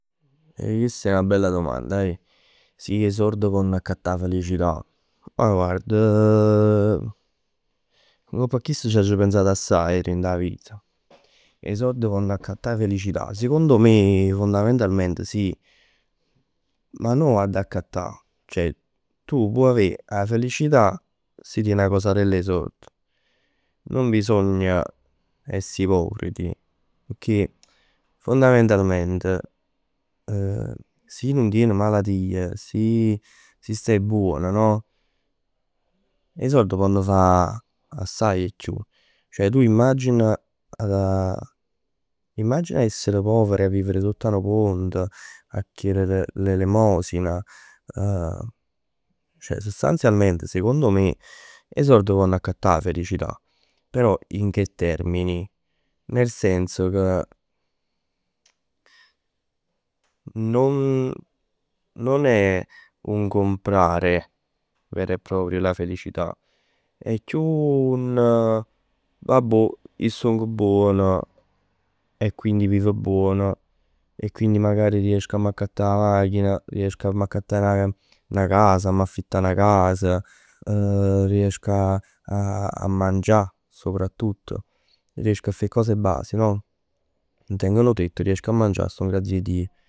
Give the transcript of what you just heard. Eh chest è 'na bella domanda. Si 'e sord ponn accattà 'a felicità. Ma guard ngopp 'a chest c'aggia pensat assaje dint 'a vita. 'E sord ponn accattà 'a felicità? Secondo me fondamentalment sì. Ma no a d'accattà. Ceh tu può avè 'a felicità, si tien 'a cosarell 'e sord. Non bisogna essere ipocriti. Pecchè fondamentalment si nun tien malatij, si staje buon no? 'E sord ponn fa assaje 'e chiù. Tu immagina immagina a essere povero e vivere sott 'a nu pont, 'a chier l'elemosina. Ceh sostanzialmente secondo me 'e sord ponn'accattà 'a felicità. Pò in che termini? Nel senso ca, non, non è un comprare un vero e proprio la felicità. È chiù un vabbuò ij stong buon e quindi vivo buon e quindi magari riesco a m'accattà 'a machina, m'accattà 'a casa, 'a m'affittà 'a casa. Riesco a a mangià soprattutto. Riesco a fa 'e cose basi no? Tengo nu tett, riesco a mangià, stong n'grazia 'e Dio.